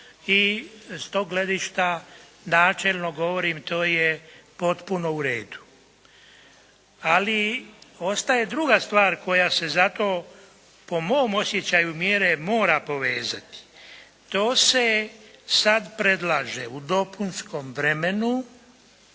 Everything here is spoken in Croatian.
i s tog gledišta načelno govorim to je potpuno u redu. Ali ostaje druga stvar koja se zato po mom osjećaju mjere mora povezati. To se sad predlaže u dopunskom vremenu